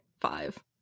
five